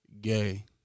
gay